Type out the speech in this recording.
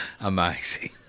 Amazing